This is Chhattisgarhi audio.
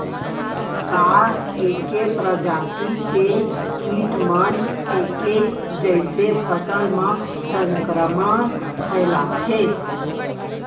का ऐके प्रजाति के किट मन ऐके जइसे फसल म संक्रमण फइलाथें?